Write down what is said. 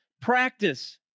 practice